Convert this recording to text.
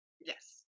Yes